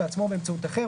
בעצמו או באמצעות אחר,